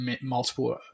multiple